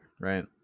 right